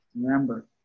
remember